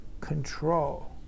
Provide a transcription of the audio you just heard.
control